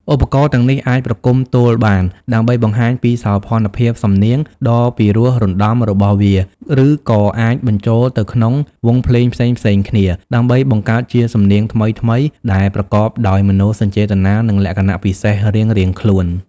ឧបករណ៍ទាំងនេះអាចប្រគំទោលបាន ដើម្បីបង្ហាញពីសោភណភាពសំនៀងដ៏ពីរោះរណ្តំរបស់វា ឬក៏អាចបញ្ចូលទៅក្នុងវង់ភ្លេងផ្សេងៗគ្នា ដើម្បីបង្កើតជាសំនៀងថ្មីៗដែលប្រកបដោយមនោសញ្ចេតនា និងលក្ខណៈពិសេសរៀងៗខ្លួន។